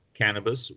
cannabis